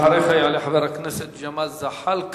אחריך יעלה חבר הכנסת ג'מאל זחאלקה,